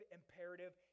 imperative